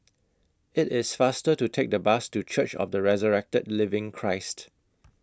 IT IS faster to Take The Bus to Church of The Resurrected Living Christ